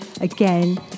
again